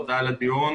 תודה על הדיון.